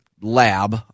lab